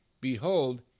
behold